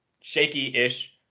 shaky-ish